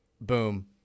Boom